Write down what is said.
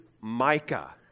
Micah